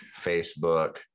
Facebook